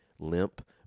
limp